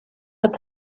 but